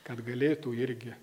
kad galėtų irgi